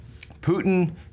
Putin